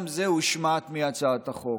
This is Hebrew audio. גם זה הושמט מהצעת החוק.